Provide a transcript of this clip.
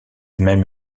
même